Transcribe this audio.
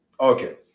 Okay